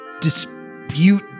dispute